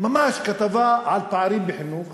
ממש כתבה על פערים בחינוך